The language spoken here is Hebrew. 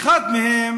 אחת מהן